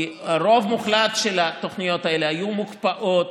כי הרוב המוחלט של התוכניות האלה היו מוקפאות